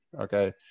Okay